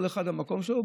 כל אחד במקום שלו.